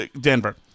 Denver